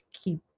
keep